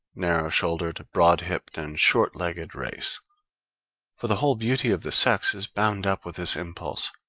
narrow-shouldered, broad-hipped, and short-legged race for the whole beauty of the sex is bound up with this impulse.